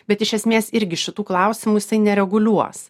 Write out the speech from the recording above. bet iš esmės irgi šitų klausimų jisai nereguliuos